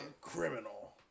criminal